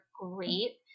great